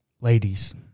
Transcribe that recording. ladies